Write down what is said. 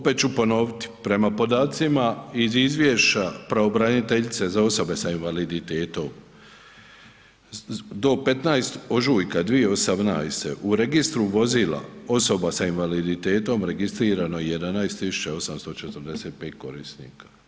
Pet ću ponoviti, prema podacima iz izvješća pravobraniteljice za osobe sa invaliditetom, do 15. ožujka 2018., u Registru vozila osoba sa invaliditetom, registrirano je 11 845 korisnika.